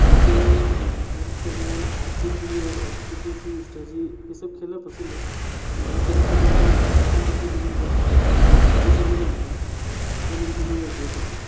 मुझे गेम्स के अंदर आर पी जी और F T P C strategy यह सब खेलना पसंद है मैं बहुत कम समय में खेल पाता हूँ क्योंकि मैं जब खाली समय में होता हूँ तब इन चीज़ों का उपयोग करता हूँ